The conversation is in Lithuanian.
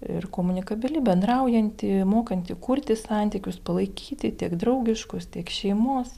ir komunikabili bendraujanti mokanti kurti santykius palaikyti tiek draugiškus tiek šeimos